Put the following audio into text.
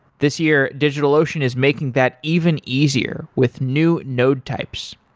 this year, digitalocean is making that even easier with new node types.